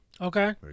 Okay